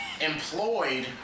employed